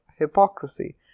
Hypocrisy